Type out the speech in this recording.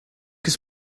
his